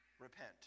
repent